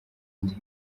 nde